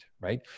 right